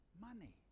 money